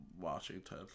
Washington